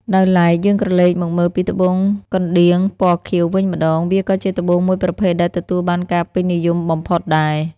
ដោយឡែកយើងក្រឡេកមកមើលពីត្បូងត្បូងកណ្ដៀង ពណ៌ខៀវ វិញម្តង វាក៏ជាត្បូងមួយប្រភេទដែលទទួលបានការពេញនិយមបំផុតដែរ។